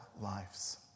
lives